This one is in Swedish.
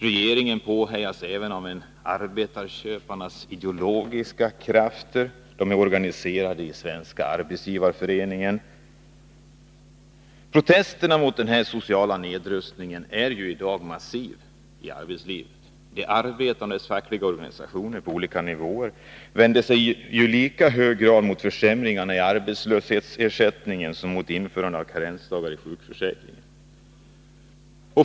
Regeringen påhejas även av arbetsköparnas ideologiska krafter, organiserade i Svenska arbetsgivareföreningen. Protesterna i arbetslivet mot den sociala nedrustningen är massiva. De arbetandes fackliga organisationer vänder sig i lika hög grad mot försämringen i arbetslöshetsersättningen som mot införandet av karensdagar i sjukförsäkringen.